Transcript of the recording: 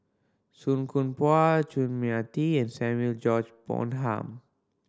Song Koon Poh Chun Mia Tee and Samuel George Bonham